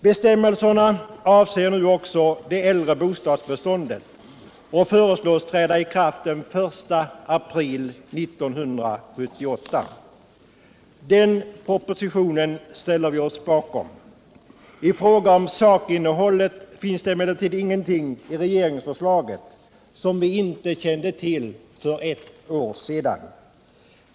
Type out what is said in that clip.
Bestämmelserna avser nu också det äldre bostadsbeståndet och föreslås träda i kraft den 1 april 1978. Den propositionen ställer vi oss bakom. I fråga om sakinnehållet finns det emellertid ingenting i regeringsförslaget som vi inte kände till för ett år sedan.